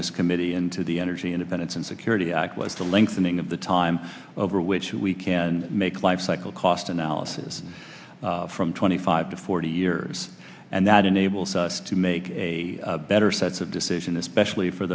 this committee into the energy independence and security act with the lengthening of the time over which we can make life cycle cost analysis from twenty five to forty years and that enables us to make a better sense of decision especially for